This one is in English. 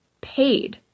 paid